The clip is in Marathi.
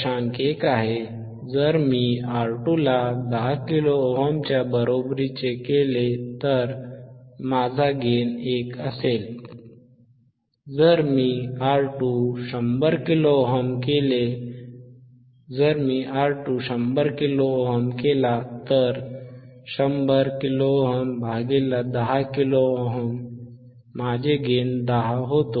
1 आहे जर मी R2ला 10 किलो ओहमच्या बरोबरीचे केले तर तर माझा गेन 1असेल जर मी R2100 किलो ओहम केला तर 100 किलो ओम10 किलो ओम केला गेन 10 होतो